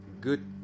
good